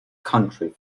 country